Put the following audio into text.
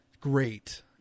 Great